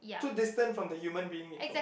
too distant from the human being involved